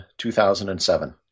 2007